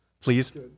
Please